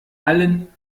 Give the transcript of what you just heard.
allen